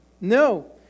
No